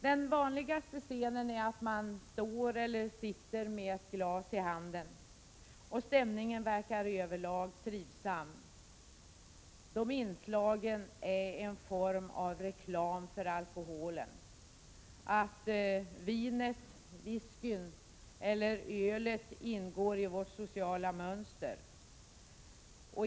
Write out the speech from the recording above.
Den vanligaste scenen är att man står eller sitter med ett glasi handen, och stämningen verkar över lag trivsam. De inslagen är en form av reklam för alkoholen. De visar att vinet, whiskyn eller ölet ingår i vårt sociala mönster.